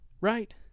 right